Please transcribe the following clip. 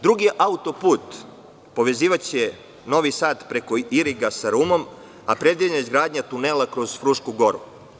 Drugi autoput povezivaće Novi Sad preko Iriga sa Rumom, a predviđena je izgradnja tunela kroz Frušku goru.